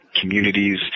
communities